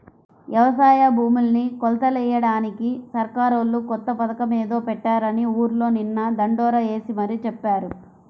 యవసాయ భూముల్ని కొలతలెయ్యడానికి సర్కారోళ్ళు కొత్త పథకమేదో పెట్టారని ఊర్లో నిన్న దండోరా యేసి మరీ చెప్పారు